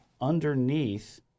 underneath